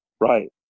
Right